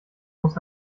muss